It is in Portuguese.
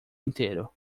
inteiro